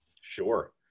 Sure